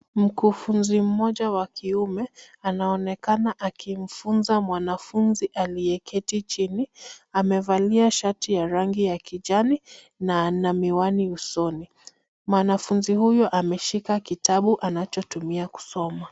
Mkufunzi mmoja wa kiume anaonekana akimfunza mwanafunzi aliyeketi chini. Amevalia shati ya rangi ya kijani na na miwani usoni. Mwanafunzi huyo ameshika kitabu anachotumia kusoma.